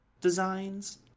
designs